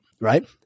Right